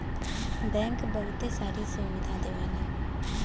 bank बहुते सारी सुविधा देवला